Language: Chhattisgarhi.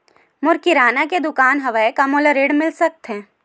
मोर किराना के दुकान हवय का मोला ऋण मिल सकथे का?